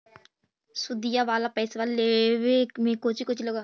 सुदिया वाला पैसबा लेबे में कोची कोची लगहय?